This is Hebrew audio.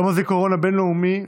יום הזיכרון הבין-לאומי,